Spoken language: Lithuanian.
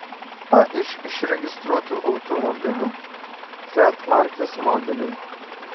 dauguma iš išregistruotų automobiliu fiat markės modeliai